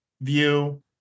view